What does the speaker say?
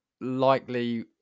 likely